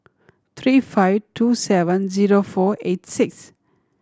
three five two seven zero four eight six